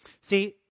See